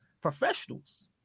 Professionals